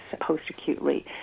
post-acutely